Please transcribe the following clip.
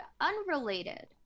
unrelated